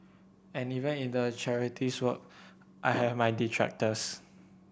and even in the charities work I have my detractors